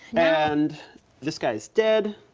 and this guy's dead.